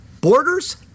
borders